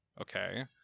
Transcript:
Okay